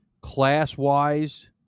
class-wise